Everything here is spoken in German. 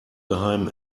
geheim